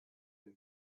been